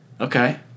Okay